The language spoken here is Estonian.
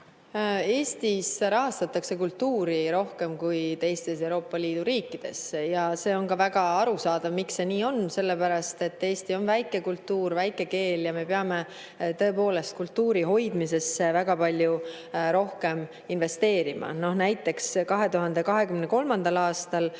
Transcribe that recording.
Eestis rahastatakse kultuuri rohkem kui teistes Euroopa Liidu riikides. On ka väga arusaadav, miks see nii on: Eesti kultuur on väike, eesti keel on väike ja me peame tõepoolest kultuuri hoidmisesse väga palju rohkem investeerima. Näiteks, 2023. aastal